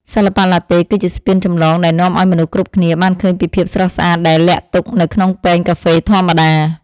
សិល្បៈឡាតេ គឺជាស្ពានចម្លងដែលនាំឱ្យមនុស្សគ្រប់គ្នាបានឃើញពីភាពស្រស់ស្អាតដែលលាក់ទុកនៅក្នុងពែងកាហ្វេធម្មតា។